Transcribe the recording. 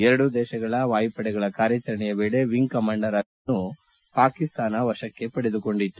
ಎರಡೂ ದೇಶಗಳ ವಾಯುಪಡೆಗಳ ಕಾರ್ಯಾಚರಣೆಯ ವೇಳೆ ವಿಂಗ್ ಕಮಾಂಡರ್ ಅಭಿನಂದನ್ ಅವರನ್ನು ಪಾಕಿಸ್ತಾನದ ವಶಕ್ಕೆ ಪಡೆದುಕೊಂಡಿತ್ತು